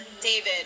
David